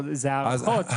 זה הערכות.